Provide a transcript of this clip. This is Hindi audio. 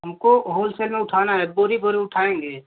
हमको होलसेल में उठाना है बोरी बोरी उठाएँगे